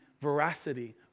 veracity